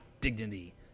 dignity